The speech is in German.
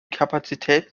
kapazität